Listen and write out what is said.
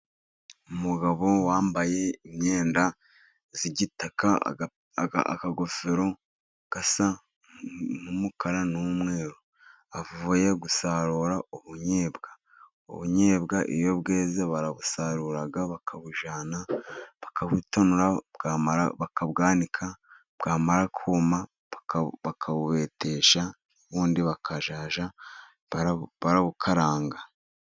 Umugabo wambaye imyenda y'igitaka, akagofero gasa n'umukara, n'umweru. Avuye gusarura ubunyobwa. Ubunyobwa iyo bweze barabusarura bakabujyana bakabutonora, bakabwanika, bwamara kuma bakabubetesha, ubundi bakajya barabukaranga.